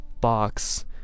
box